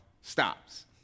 stops